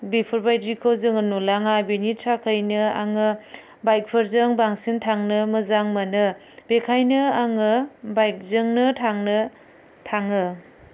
बेफोरबायदिखौ जोङो नुलाङा बिनि थाखायनो आङो बाइकफोरजों बांसिन थांनो मोजां मोनो बेखायनो आङो बाइकजोंनो थांनो थाङो